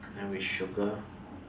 and with sugar